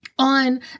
On